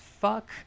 fuck